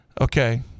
Okay